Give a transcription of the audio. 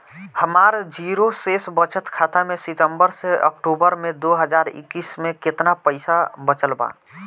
हमार जीरो शेष बचत खाता में सितंबर से अक्तूबर में दो हज़ार इक्कीस में केतना पइसा बचल बा?